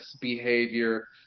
behavior